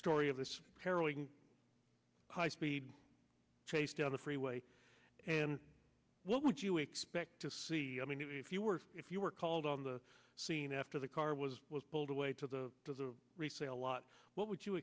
story of this harrowing high speed chase down the freeway and what would you expect to see i mean if you were if you were called on the scene after the car was pulled away to the resale lot what would you